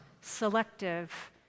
selective